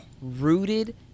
rooted